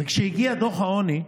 כשהגיע דוח העוני,